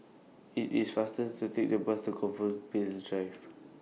IT IS faster to Take The Bus to Compassvale Drive